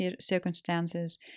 circumstances